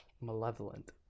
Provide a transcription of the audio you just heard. Malevolent